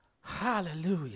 hallelujah